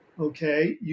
okay